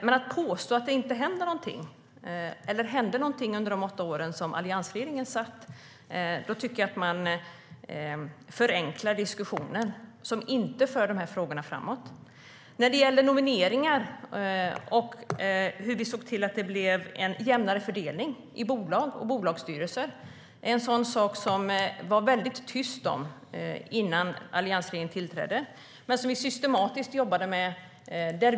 Men om man påstår att det inte hände någonting under alliansregeringens åtta år tycker jag att man förenklar diskussionen. Det för inte de här frågorna framåt. När det gäller nomineringar såg vi till att det blev en jämnare fördelning i bolag och bolagsstyrelser. Det är en sak som det var väldigt tyst om innan alliansregeringen tillträdde. Men vi jobbade systematiskt med det.